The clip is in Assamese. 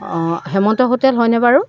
অ' হেমন্ত হোটেল হয়নে বাৰু